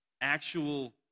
actual